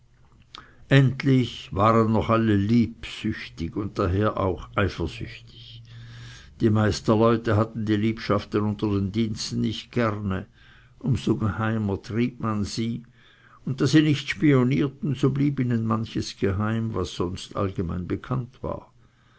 endlich waren noch alle liebsüchtig und daher auch eifersüchtig die meisterleute hatten die liebschaften unter den diensten nicht gerne um so geheimer trieb man sie und da sie nicht spionierten so blieb ihnen manches geheim was sonst allgemein bekannt war